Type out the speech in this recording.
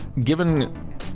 Given